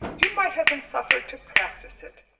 you might have been suffered to practice it,